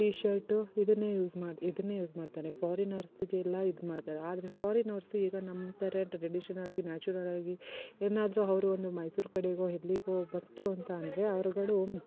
T shirt ಇದನ್ನೇ use ಮಾ ಇದನ್ನೇ ಯೂಸ್ ಮಾಡ್ತಾರೆ ಫಾರಿನ್ನರ್ಸಿಗೆಲ್ಲ ಇದು ಮಾಡ್ತಾರೆ ಆದರೆ ಫಾರಿನರ್ಸ್ ಈಗ ನಮ್ಮ ಥರ ಟ್ರೆಡಿಷನಲ್ ಆಗಿ ನ್ಯಾಚುರಲ್ಲಾಗಿ ಏನಾದರೂ ಅವ್ರು ಒಂದು ಮೈಸೂರು ಕಡೆಗೋ ಎಲ್ಲಿಗೋ ಬರ್ತು ಅಂತ ಅಂದರೆ ಅವ್ರುಗಳು